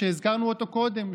שהזכרנו אותו קודם,